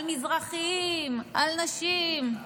על מזרחים, על נשים,